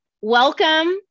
welcome